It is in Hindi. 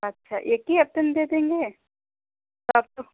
अच्छा एक ही हफ़्ते में दे देंगे तब तो